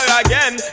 again